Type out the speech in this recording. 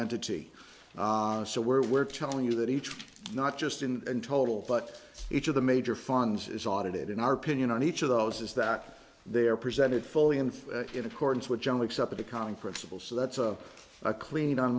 entity so we're we're telling you that each not just in total but each of the major funds is audited in our opinion on each of those is that they're presented fully and in accordance with generally accepted accounting principles so that's a a clean